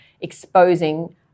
exposing